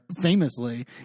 famously